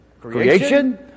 creation